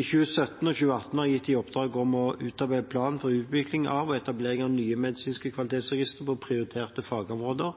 I 2017 og 2018 har jeg gitt dem i oppdrag å utarbeide plan for utvikling av og etablering av nye medisinske kvalitetsregistre på prioriterte fagområder